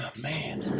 man.